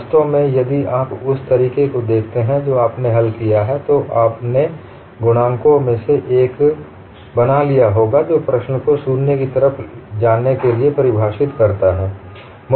वास्तव में यदि आप उस तरीके को देखते हैं जो आपने हल किया है तो आपने गुणांकों में से एक बना दिया होगा जो प्रश्न को शून्य की तरफ जाने के लिए परिभाषित करता है